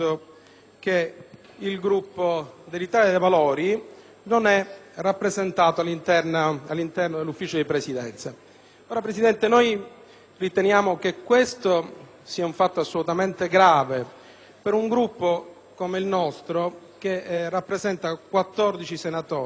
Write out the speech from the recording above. che il Gruppo dell'Italia dei Valori non è rappresentato all'interno del Consiglio di Presidenza. Noi riteniamo che questo sia un fatto assolutamente grave per un Gruppo come il nostro, composto da 14 senatori